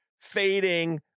fading